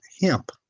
hemp